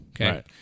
Okay